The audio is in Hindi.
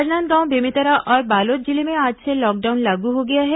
राजनांदगांव बेमेतरा और बालोद जिले में आज से लॉकडाउन लागू हो गया है